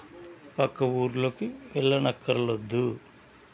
పక్క ఊర్లోకి వెళ్ళనక్కరలేదు